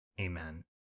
Amen